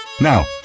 Now